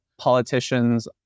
politicians